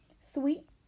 Sweet